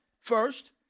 first